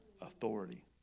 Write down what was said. Authority